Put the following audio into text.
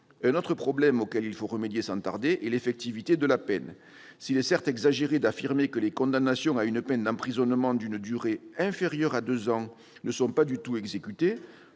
Un autre problème auquel il faut remédier sans tarder est l'effectivité de la peine. S'il est certes exagéré d'affirmer que les condamnations à une peine d'emprisonnement d'une durée inférieure à deux ans ne sont pas du tout exécutées,